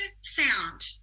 sound